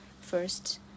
first